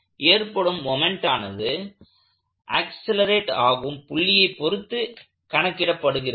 இங்கு ஏற்படும் மொமெண்ட் ஆனது ஆக்சலேரேட் ஆகும் புள்ளியை பொருத்து கணக்கிடப்படுகிறது